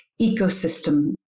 ecosystem